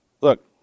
Look